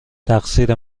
تقصیر